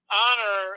honor